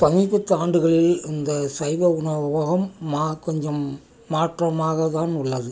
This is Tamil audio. சமீபத்து ஆண்டுகளில் இந்த சைவ உணவகம் மா கொஞ்சம் மாற்றமாக தான் உள்ளது